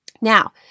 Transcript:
Now